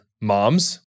moms